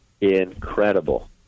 incredible